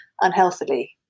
unhealthily